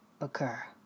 occur